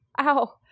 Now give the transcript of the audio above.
Ow